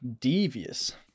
Devious